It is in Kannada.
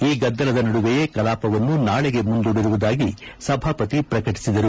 ಈ ಗದ್ದಲದ ನಡುವೆಯೇ ಕಲಾಪವನ್ನು ನಾಳೆಗೆ ಮುಂದೂಡಿರುವುದಾಗಿ ಸಭಾಪತಿ ಪ್ರಕಟಿಸಿದರು